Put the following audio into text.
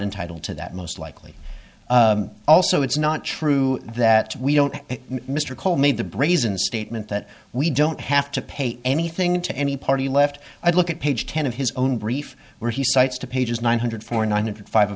entitled to that most likely also it's not true that we don't mr cole made the brazen statement that we don't have to pay anything to any party left i'd look at page ten of his own brief where he cites to pages nine hundred four nine